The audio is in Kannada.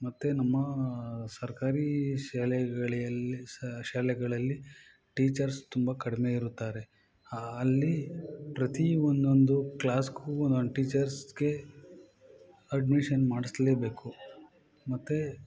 ಮತ್ತು ನಮ್ಮ ಸರ್ಕಾರಿ ಶಾಲೆಗಳಲ್ಲಿ ಶಾಲೆಗಳಲ್ಲಿ ಟೀಚರ್ಸ್ ತುಂಬ ಕಡಿಮೆ ಇರುತ್ತಾರೆ ಅಲ್ಲಿ ಪ್ರತಿ ಒಂದೊಂದು ಕ್ಲಾಸ್ಗೂ ಒಂದೊಂದು ಟೀಚರ್ಸ್ಗೆ ಅಡ್ಮಿಷನ್ ಮಾಡಿಸ್ಲೇಬೇಕು ಮತ್ತು